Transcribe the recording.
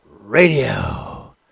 Radio